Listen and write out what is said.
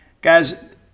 Guys